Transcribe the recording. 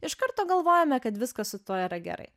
iš karto galvojame kad viskas su tuo yra gerai